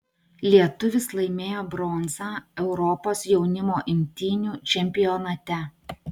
lietuvis laimėjo bronzą europos jaunimo imtynių čempionate